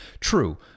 True